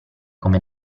come